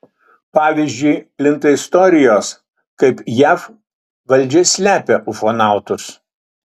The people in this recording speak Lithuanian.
pavyzdžiui plinta istorijos kaip jav valdžia slepia ufonautus